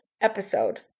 episode